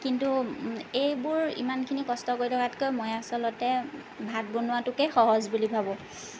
কিন্তু এইবোৰ ইমানখিনি কষ্ট কৰি থকাতকৈ মই আচলতে ভাত বনোৱাটোকে সহজ বুলি ভাবোঁ